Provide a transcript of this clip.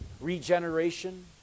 regeneration